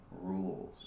rules